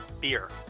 Beer